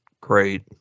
great